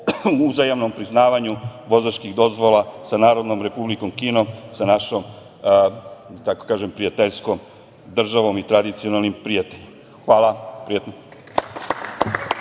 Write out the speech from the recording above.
uzajamnom priznavanju vozačkih dozvola sa Narodnom Republikom Kinom, sa našom da tako kažem prijateljskom državom i tradicionalnim prijateljom. Hvala vam.